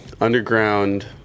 underground